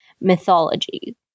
mythology